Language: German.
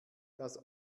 das